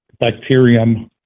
bacterium